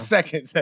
Second